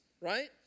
right